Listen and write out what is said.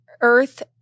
earth